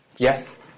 Yes